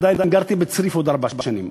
עדיין גרתי בצריף עוד ארבע שנים.